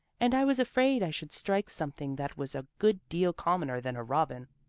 and i was afraid i should strike something that was a good deal commoner than a robin,